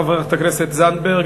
חברת הכנסת זנדברג,